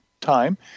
time